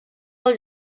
del